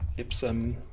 gypsum,